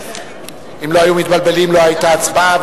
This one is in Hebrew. אם לא היו מתבלבלים לא היתה הצבעה,